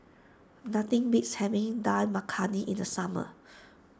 nothing beats having Dal Makhani in the summer